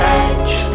edge